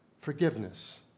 forgiveness